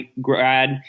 grad